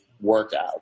workout